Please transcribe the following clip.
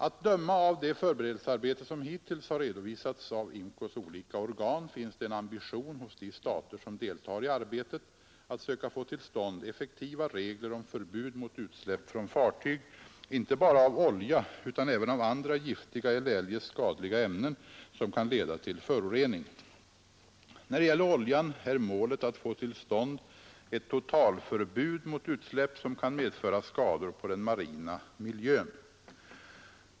Att döma av det förberedelsearbete som hittills har redovisats av IMCO:s olika organ finns det en ambition hos de stater som deltar i arbetet att söka få till stånd effektiva regler om förbud mot utsläpp från fartyg, inte bara av olja utan även av andra giftiga eller eljest skadliga ämnen som kan leda till förorening. När det gäller oljan är målet att få till stånd ett totalförbud mot utsläpp som kan medföra skador på den marina miljön.